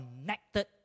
connected